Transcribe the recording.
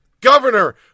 Governor